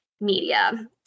media